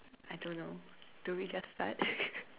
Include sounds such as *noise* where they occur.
I don't know do we just start *laughs*